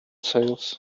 sails